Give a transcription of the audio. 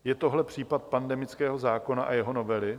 Je tohle případ pandemického zákona a jeho novely?